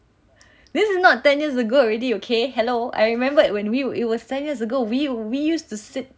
this is not ten years ago already okay hello I remembered when we were it was ten years ago we we used to sit